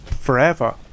forever